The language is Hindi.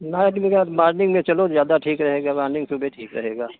नाइट में क्या मार्निंग में चलो ज्यादा ठीक रहेगा मार्निंग सुबह ठीक रहेगा